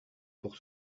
pour